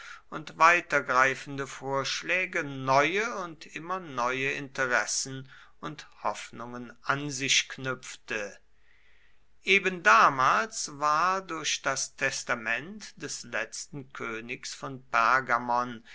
und weitergreifende vorschläge neue und immer neue interessen und hoffnungen an sich knüpfte ebendamals war durch das testament des letzten königs von